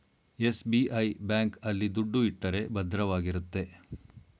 SBI bank ಆಲ್ಲಿ ದುಡ್ಡು ಇಟ್ಟರೆ ಭದ್ರವಾಗಿರುತ್ತೆ